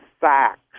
Facts